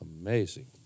amazing